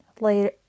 later